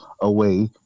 away